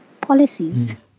policies